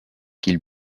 qu’il